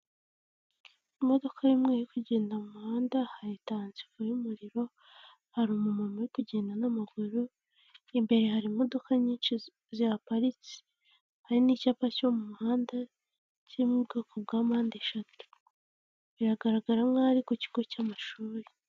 Imodoka y'umweru iri kugenda mu muhanda, hari taransifo y'umuriro, hari umumama uri kugenda n'amaguru, imbere hari imodoka nyinshi zihaparitse. Hari n'icyapa cyo mu muhanda kiri mu bwoko bwa mpandeshatu, biragaragara nk'aho ari ku kigo cy'amashuri.